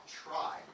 try